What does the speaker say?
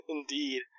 Indeed